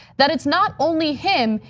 that it's not only him,